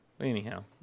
Anyhow